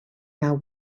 now